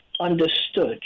understood